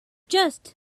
just